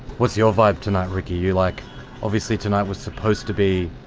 what's your vibe tonight, ricky? you like obviously tonight was supposed to be